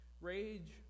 Rage